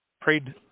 prayed